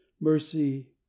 mercy